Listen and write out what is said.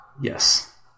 yes